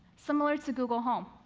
similar to google home.